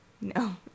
No